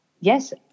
yes